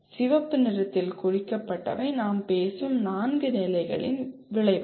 சிவப்பு நிறத்தில் குறிக்கப்பட்டவை நாம் பேசும் நான்கு நிலைகளின் விளைவுகள்